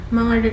mga